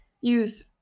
use